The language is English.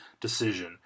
decision